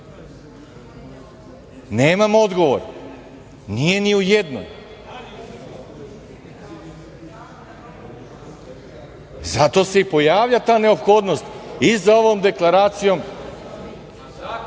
Nemamo odgovor, nije ni u jednoj. Zato se i javlja ta neophodnost i za ovom deklaracijom,